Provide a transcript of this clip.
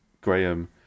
Graham